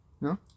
No